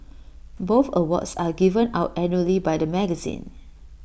both awards are given out annually by the magazine